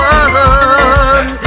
one